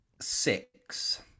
Six